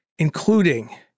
including